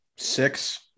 Six